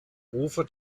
ufer